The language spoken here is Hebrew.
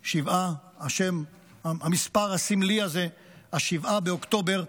שבעה, המספר הסמלי הזה, 7 באוקטובר,